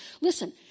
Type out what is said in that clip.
Listen